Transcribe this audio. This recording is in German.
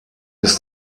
ist